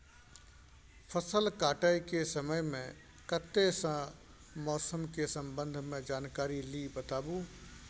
फसल काटय के समय मे कत्ते सॅ मौसम के संबंध मे जानकारी ली बताबू?